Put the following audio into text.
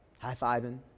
High-fiving